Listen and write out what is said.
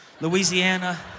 Louisiana